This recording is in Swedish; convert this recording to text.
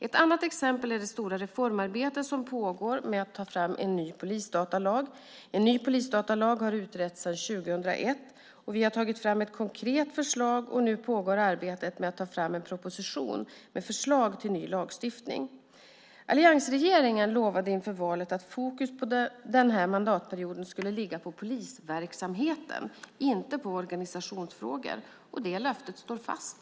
Ett annat exempel är det stora reformarbete som pågår med att ta fram en ny polisdatalag. En ny polisdatalag har utretts sedan 2001. Vi har tagit fram ett konkret förslag, och nu pågår arbetet med att ta fram en proposition med förslag till ny lagstiftning. Alliansregeringen lovade inför valet att fokus denna mandatperiod skulle ligga på polisverksamheten, inte på organisationsfrågor. Det löftet står fast.